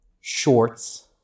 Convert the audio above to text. shorts